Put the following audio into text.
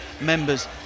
members